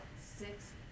six